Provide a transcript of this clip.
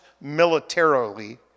militarily